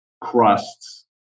crusts